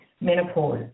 menopause